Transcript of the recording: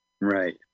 Right